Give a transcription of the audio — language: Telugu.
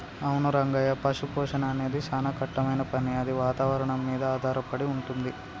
అవును రంగయ్య పశుపోషణ అనేది సానా కట్టమైన పని అది వాతావరణం మీద ఆధారపడి వుంటుంది